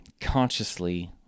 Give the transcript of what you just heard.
consciously